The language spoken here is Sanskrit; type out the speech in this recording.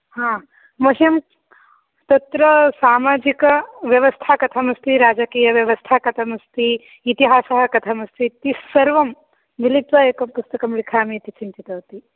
हा मह्यं तत्र सामाजिकव्यवस्था कथमस्ति राजकीयव्यवस्था कथमस्ति इतिहासः कथमस्ति इति सर्वं मिलित्वा एकं पुस्तकं लिखामीति चिन्तितवती